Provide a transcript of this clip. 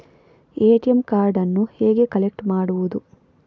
ATM ಕಾರ್ಡನ್ನು ಹೇಗೆ collect ಮಾಡುವುದು?